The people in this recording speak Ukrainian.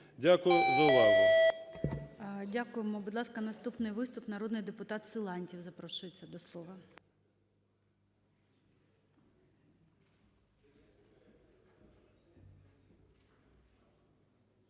Дякую за увагу. ГОЛОВУЮЧИЙ. Дякуємо. Будь ласка, наступний виступ. Народний депутат Силантьєв запрошується до слова.